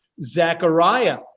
Zechariah